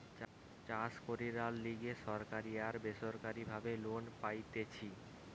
চাষ কইরার লিগে সরকারি আর বেসরকারি ভাবে লোন পাইতেছি